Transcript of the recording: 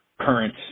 current